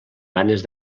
ganes